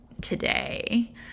today